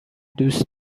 دوست